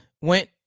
went